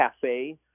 cafe